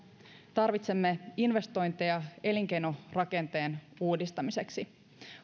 tarvitsemme investointeja elinkeinorakenteen uudistamiseksi